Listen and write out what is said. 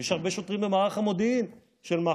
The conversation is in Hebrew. יש הרבה שוטרים במערך המודיעין של מח"ש,